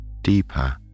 deeper